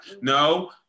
no